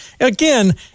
again